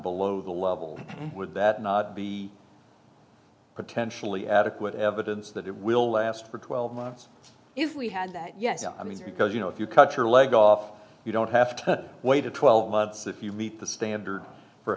below the level would that not be potentially adequate evidence that it will last for twelve months if we had that yes i mean because you know if you cut your leg off you don't have to wait to twelve months if you meet the standard for